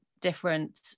different